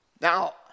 Now